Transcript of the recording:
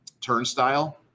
Turnstile